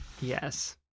Yes